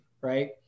right